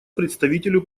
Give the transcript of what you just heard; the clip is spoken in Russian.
представителю